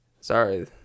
Sorry